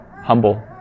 Humble